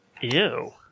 Ew